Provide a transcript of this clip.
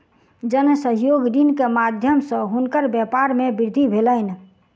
जन सहयोग ऋण के माध्यम सॅ हुनकर व्यापार मे वृद्धि भेलैन